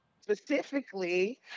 specifically